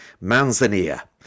manzanilla